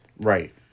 Right